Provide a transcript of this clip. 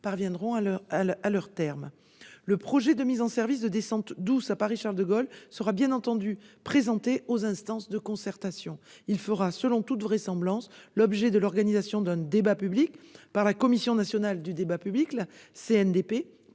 parviendront à leur terme. Le projet de mise en service de descentes douces à Paris-Charles-de-Gaulle sera bien entendu présenté aux instances de concertation. Il fera, selon toute vraisemblance, l'objet de l'organisation d'un débat public par la Commission nationale du débat public (CNDP),